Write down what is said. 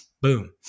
Boom